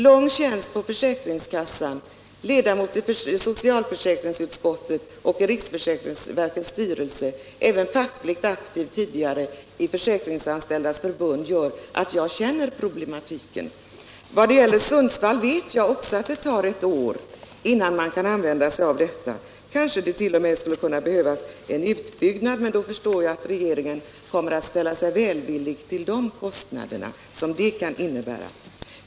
Lång tjänst på försäkringskassa, ledamotskap i socialförsäkringsutskottet och i riksförsäkringsverkets styrelse, tidigare även fackligt aktiv i Försäkringsanställdas förbund —- allt detta gör att jag känner problematiken. Jag vet också att det tar ett år innan man kan använda sig av datacentralen i Sundsvall. Det kanske t.o.m. behövs en utbyggnad, och jag förstår att regeringen kommer att ställa sig välvillig till de kostnader som detta kan innebära.